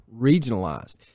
regionalized